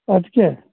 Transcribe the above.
اَدٕ کیٛاہ